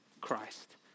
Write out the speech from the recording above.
Christ